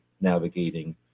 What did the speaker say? navigating